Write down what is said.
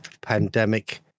pandemic